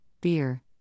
beer